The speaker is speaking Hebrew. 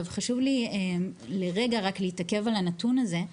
חשוב לי לרגע להתעכב על הנתון הזה,